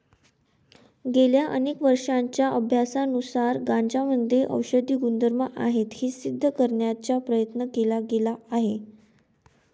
गेल्या अनेक वर्षांच्या अभ्यासानुसार गांजामध्ये औषधी गुणधर्म आहेत हे सिद्ध करण्याचा प्रयत्न केला गेला आहे